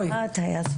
את היית.